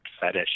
fetish